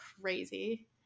crazy